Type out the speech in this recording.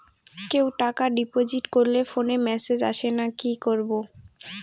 কেউ টাকা ডিপোজিট করলে ফোনে মেসেজ আসেনা কি করবো?